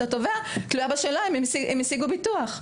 התובע תלויה בשאלה האם הם השיגו ביטוח.